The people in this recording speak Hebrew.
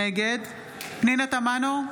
נגד פנינה תמנו,